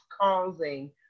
causing